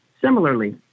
Similarly